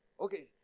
okay